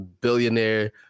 billionaire